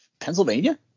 Pennsylvania